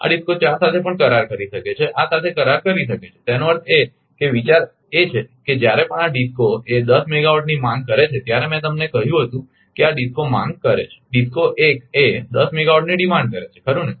આ DISCO 4 સાથે પણ કરાર કરી શકે છે આ સાથે કરાર કરી શકે છે તેનો અર્થ એ કે વિચાર એ છે કે જ્યારે પણ આ DISCO એ 10 મેગાવાટની માંગ કરે છે ત્યારે મેં તમને કહ્યું હતું કે આ DISCO માંગ કરે છે એ DISCO 1 એ 10 મેગાવાટ ની ડીમાન્ડ કરે છે ખરુ ને